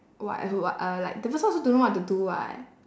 what who a~ uh like the person also don't know what to do [what]